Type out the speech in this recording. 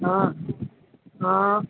હ હ